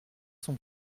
son